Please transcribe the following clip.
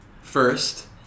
first